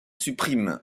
supprime